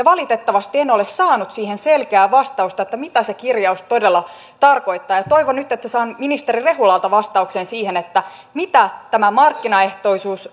valitettavasti en ole saanut siihen selkeää vastausta mitä se kirjaus todella tarkoittaa toivon nyt että saan ministeri rehulalta vastauksen siihen mitä tämä markkinaehtoisuus